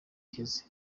iheze